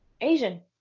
Asian